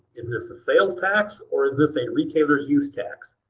is this a sales tax or is this a retailer's use tax?